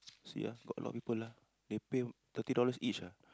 see ah got a lot people lah they pay thirty dollars each ah